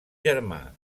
germà